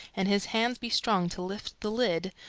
and his hands be strong to lift the lid,